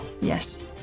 Yes